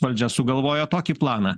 valdžia sugalvoja tokį planą